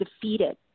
defeated